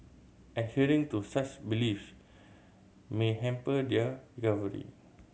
adhering to such belief may hamper their recovery